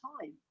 time